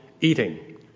eating